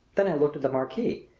then i looked at the marquee.